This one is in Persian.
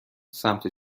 سمت